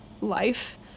life